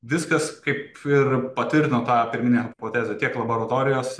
viskas kaip ir patvirtino tą pirminę hipotezę tiek laboratorijos